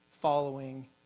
following